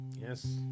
Yes